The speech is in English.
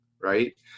right